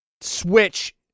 Switch